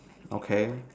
okay